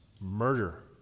murder